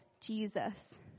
Jesus